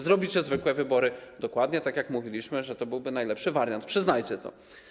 Zrobicie zwykłe wybory, dokładnie tak, jak mówiliśmy, że to byłby najlepszy wariant, przyznajcie to.